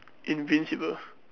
invisible